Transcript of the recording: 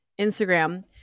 instagram